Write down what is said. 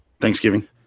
thanksgiving